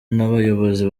n’abayobozi